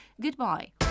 Goodbye